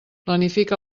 planifica